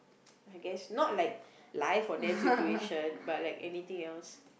I guess not like life or death situation but like anything else